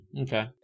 Okay